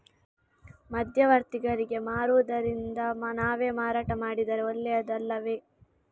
ಮಧ್ಯವರ್ತಿಗಳಿಗೆ ಮಾರುವುದಿಂದ ನಾವೇ ಮಾರಾಟ ಮಾಡಿದರೆ ಒಳ್ಳೆಯದು ಅಲ್ಲವೇ?